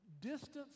Distance